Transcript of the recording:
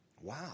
Wow